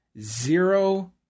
zero